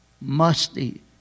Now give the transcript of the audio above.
musty